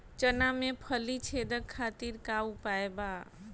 चना में फली छेदक खातिर का उपाय बा?